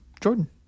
Jordan